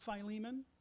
Philemon